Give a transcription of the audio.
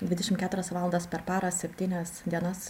dvidešimt keturias valandas per parą septynias dienas